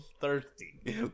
Thirsty